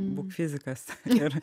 būk fizikas ir